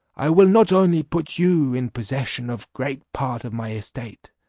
i will not only put you in possession of great part of my estate,